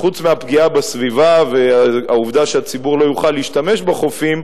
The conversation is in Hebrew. וחוץ מהפגיעה בסביבה והעובדה שהציבור לא יוכל להשתמש בחופים,